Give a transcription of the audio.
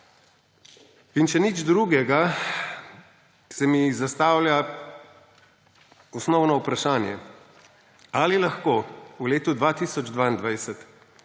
Če nič drugega, se mi zastavlja osnovno vprašanje, ali lahko v letu 2022